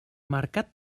mercat